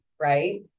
right